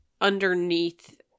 underneath